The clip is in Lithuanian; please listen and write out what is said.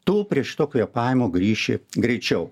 tu prie šito kvėpavimo grįši greičiau